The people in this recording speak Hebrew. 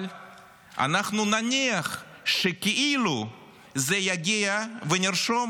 אבל אנחנו נניח שכאילו זה יגיע, ונרשום